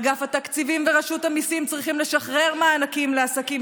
אגף התקציבים ורשות המיסים צריכים לשחרר מענקים לעסקים